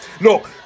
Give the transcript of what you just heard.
Look